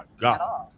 God